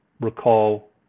recall